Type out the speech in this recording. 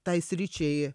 tai sričiai